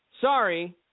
Sorry